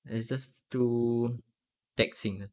it's just too taxing ah